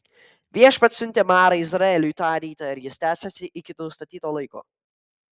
viešpats siuntė marą izraeliui tą rytą ir jis tęsėsi iki nustatyto laiko